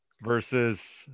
versus